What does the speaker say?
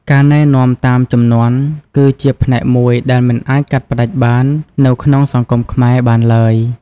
ការណែនាំតាមជំនាន់ គឺជាផ្នែកមួយដែលមិនអាចកាត់ផ្តាច់បាននៅក្នុងសង្គមខ្មែរបានឡើយ។